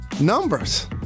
numbers